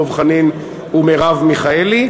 דב חנין ומרב מיכאלי,